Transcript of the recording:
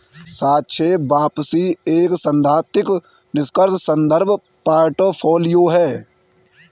सापेक्ष वापसी एक सैद्धांतिक निष्क्रिय संदर्भ पोर्टफोलियो है